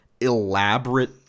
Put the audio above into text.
elaborate